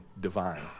divine